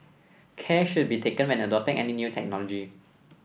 care should be taken when adopting any new technology